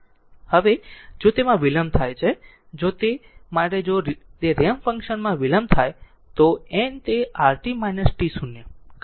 હવે જો તેમાં વિલંબ થાય છે જો તે માટે જો તે રેમ્પ ફંક્શન માં વિલંબ થાય તો n તે rt t0 ખરું